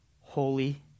holy